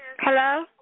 Hello